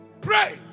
Pray